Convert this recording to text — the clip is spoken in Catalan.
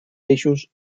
peixos